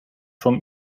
from